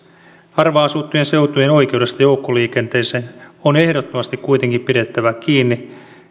harvaan asuttujen seutujen oikeudesta joukkoliikenteeseen on ehdottomasti kuitenkin pidettävä kiinni